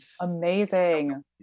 Amazing